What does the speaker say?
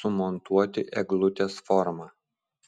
sumontuoti eglutės forma